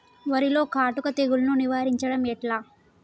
వరిలో కాటుక తెగుళ్లను నివారించడం ఎట్లా?